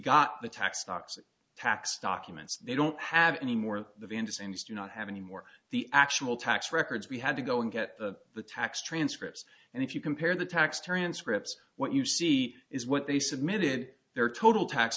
got the tax stocks tax documents they don't have any more of anderson's do not have anymore the actual tax records we had to go and get the the tax transcripts and if you compare the tax transcripts what you see is what they submitted their total tax